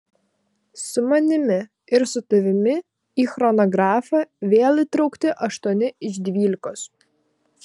su manimi ir su tavimi į chronografą vėl įtraukti aštuoni iš dvylikos